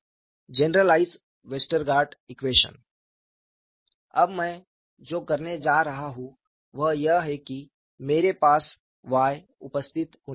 generalised Westergaard equation अब मैं जो करने जा रहा हूं वह यह है कि मेरे पास Y उपस्थित होने वाला है